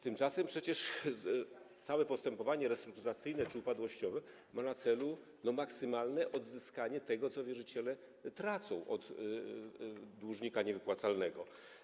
Tymczasem przecież całe postępowanie restrukturyzacyjne czy upadłościowe ma na celu maksymalne odzyskanie tego, co wierzyciele tracą od dłużnika niewypłacalnego.